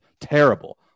terrible